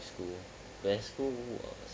school when school was